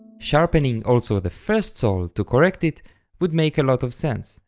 sharpening also the first sol to correct it would make a lot of sense,